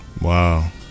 Wow